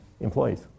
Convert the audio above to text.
employees